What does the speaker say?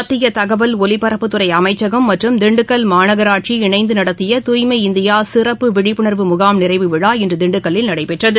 மத்தியதகவல் ஒலிபரப்பு துறைஅமைச்சகம் மற்றும் திண்டுக்கல் மாநகராட்சி இணைந்துநடத்திய தூய்மை இந்தியாசிறப்பு விழிப்புணர்வு முகாம் நிறைவு விழா இன்றுதிண்டுக்கல்லில் நடைபெற்றது